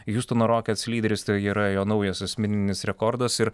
hiustono rokets lyderis tai yra jo naujas asmeninis rekordas ir